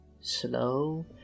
slow